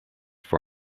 for